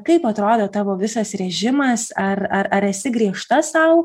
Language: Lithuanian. kaip atrodo tavo visas režimas ar ar ar esi griežta sau